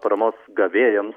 paramos gavėjams